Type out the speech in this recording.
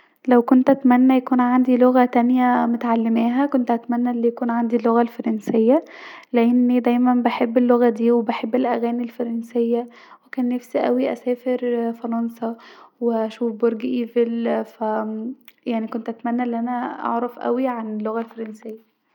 لو كنت اتمني يكون عندي لغة تانيه متعلماها كنت اتمني يكون عندي اللغة الفرنسية لاني دايما بحب اللغه دي وبحب الاغاني الفرنسيه وكان نفسي اوي اسافر فرنسا واشوف برج ايڤيل ف اااا كنت اتمني ان انا اعرف اوي عن اللغه الفرنسيه